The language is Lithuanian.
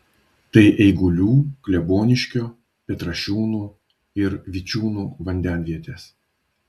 tai eigulių kleboniškio petrašiūnų ir vičiūnų vandenvietės